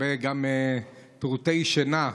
הרבה טרוטי שינה,